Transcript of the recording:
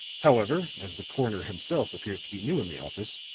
however, as the coroner himself appears to be new in the office,